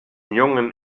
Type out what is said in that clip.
jungen